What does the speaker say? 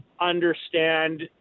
understand